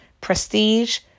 prestige